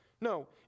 No